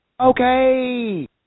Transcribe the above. Okay